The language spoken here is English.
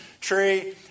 tree